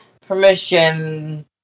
permission